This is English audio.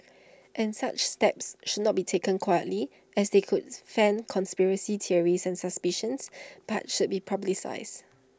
and such steps should not be taken quietly as they could fan conspiracy theories and suspicions but should be publicised